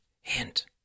hint